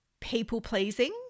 people-pleasing